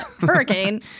Hurricane